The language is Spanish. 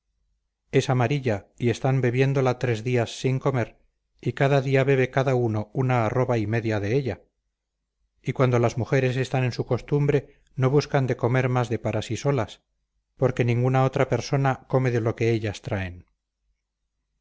es amarilla y están bebiéndola tres días sin comer y cada día bebe cada uno una arroba y media de ella y cuando las mujeres están en su costumbre no buscan de comer más de para sí solas porque ninguna otra persona come de lo que ellas traen